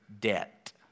debt